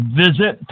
visit